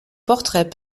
portrait